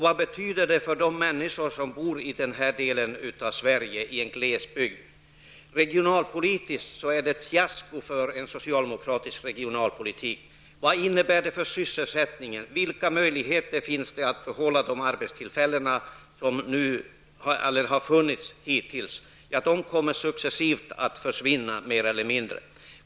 Vad betyder detta beslut för dem som bor i den här delen av Sverige, i en glesbygd? Regionalpolitiskt är det ett fiasko för socialdemokraterna. Vad innebär beslutet för sysselsättningen? Vilka möjligheter finns att behålla de arbetstillfällen som hittills har funnits? De kommer successivt och mer eller mindre att försvinna.